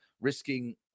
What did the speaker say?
risking